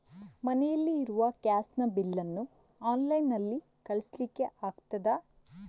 ಮನೆಯಲ್ಲಿ ಇರುವ ಗ್ಯಾಸ್ ನ ಬಿಲ್ ನ್ನು ಆನ್ಲೈನ್ ನಲ್ಲಿ ಕಳಿಸ್ಲಿಕ್ಕೆ ಆಗ್ತದಾ?